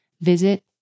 visit